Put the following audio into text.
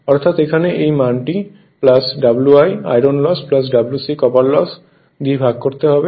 অর্থাৎ এখানে এই মানটি Wi আয়রন লস Wcকপার লস দিয়ে ভাগ করতে হবে